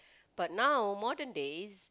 but now modern days